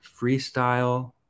freestyle